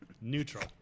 neutral